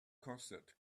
corset